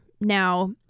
Now